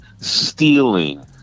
stealing